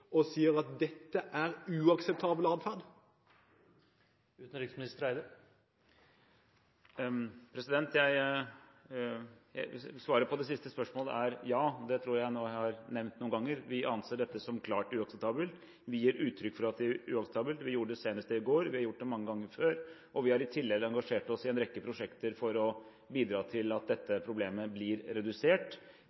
og sier at dette er uakseptabel atferd. Svaret på det siste spørsmålet er ja. Det tror jeg nå jeg har nevnt noen ganger. Vi anser dette som klart uakseptabelt. Vi gir uttrykk for at det er uakseptabelt – vi gjorde det senest i går. Vi har gjort det mange ganger før, og vi har i tillegg engasjert oss i en rekke prosjekter for å bidra til at dette